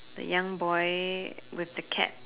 the young boy with the cap